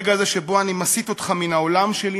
הרגע הזה שבו אני מסיט אותך מן העולם שלי,